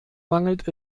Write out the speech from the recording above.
mangelt